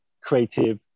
creative